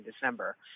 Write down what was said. December